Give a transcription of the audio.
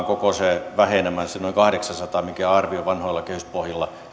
koko vähenemä se noin kahdeksansataa mikä on arvio vanhoilla kehyspohjilla